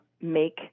make